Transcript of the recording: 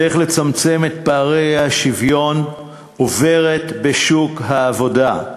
הדרך לצמצם את פערי השוויון עוברת בשוק העבודה,